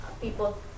people